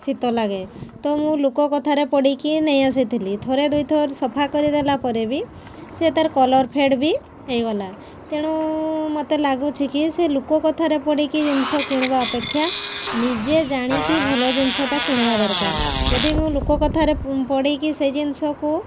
ଶୀତ ଲାଗେ ତ ମୁଁ ଲୋକ କଥାରେ ପଡ଼ିକି ନେଇ ଆସିଥିଲି ଥରେ ଦୁଇ ଥର ସଫା କରିଦେଲା ପରେ ବି ସିଏ ତାର କଲର୍ ଫେଡ଼୍ ବି ହେଇଗଲା ତେଣୁ ମୋତେ ଲାଗୁଛି କି ସେଇ ଲୋକ କଥାରେ ପଡ଼ିକି ଜିନିଷ କିଣିବା ଅପେକ୍ଷା ନିଜେ ଜାଣିକି ଭଲ ଜିନିଷଟା କିଣିବା ଦରକାର ଯଦି ମୁଁ ଲୋକ କଥାରେ ପଡ଼ିକି ସେଇ ଜିନିଷକୁ